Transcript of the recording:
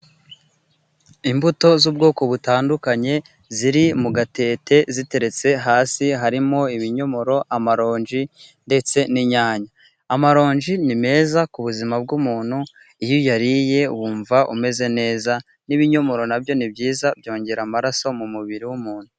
Imbuto z'ubwoko butandukanye ziri mu gatete ziteretse hasi harimo: ibinyomoro, amaronji ndetse n'inyanya. Amaronji ni meza ku buzima bw'umuntu iyo uyariye wumva umeze neza. N'ibinyomoro nabyo nibyiza byongera amaraso mu mubiri w'umuntu.